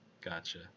Gotcha